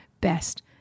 Best